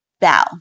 bow